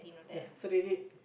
yeah so they did